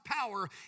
power